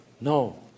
No